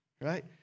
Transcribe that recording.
Right